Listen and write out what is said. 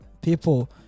people